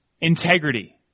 integrity